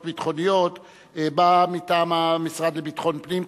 ביטחוניות באה מטעם המשרד לביטחון פנים,